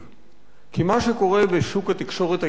כי מה שקורה בשוק התקשורת הישראלית